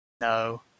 no